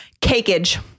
Cakeage